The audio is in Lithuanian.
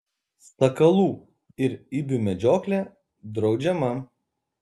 sakalų ir ibių medžioklė draudžiama